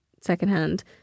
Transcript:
secondhand